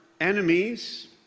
enemies